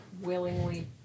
willingly